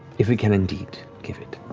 if we can indeed give it,